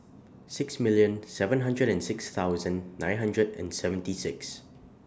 six million seven hundred and six thousand nine hundred and seventy six